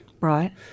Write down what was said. Right